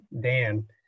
Dan